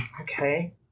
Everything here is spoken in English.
Okay